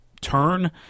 turn